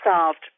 solved